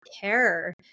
care